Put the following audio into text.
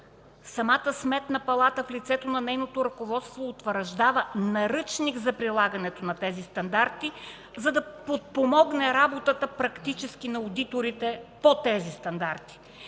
самата Сметна палата, в лицето на нейното ръководство, утвърждава Наръчник за прилагането на тези стандарти, за да подпомогне работата практически на одиторите по тях, и